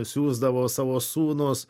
siųsdavo savo sūnus